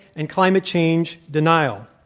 and climate change denial.